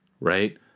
right